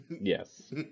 Yes